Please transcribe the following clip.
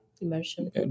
immersion